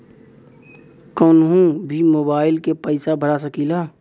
कन्हू भी मोबाइल के पैसा भरा सकीला?